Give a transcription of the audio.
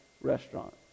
restaurant